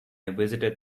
visited